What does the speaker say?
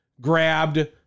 grabbed